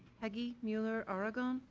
peggy muller-aragon.